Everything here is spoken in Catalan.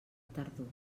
tardor